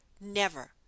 Never